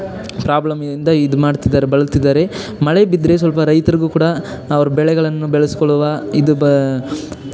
problem ಇಂದ ಇದು ಮಾಡ್ತಿದ್ದಾರೆ ಬಳಲ್ತಿದ್ದಾರೆ ಮಳೆ ಬಿದ್ದರೆ ಸ್ವಲ್ಪ ರೈತ್ರಿಗೂ ಕೂಡ ಅವರು ಬೆಳೆಗಳನ್ನ ಬೆಳೆಸ್ಕೊಳ್ಳುವ ಇದು ಬಾ